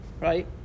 right